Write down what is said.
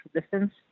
distance